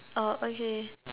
oh okay